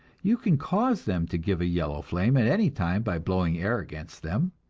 you can cause them to give a yellow flame at any time by blowing air against them,